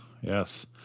yes